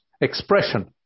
expression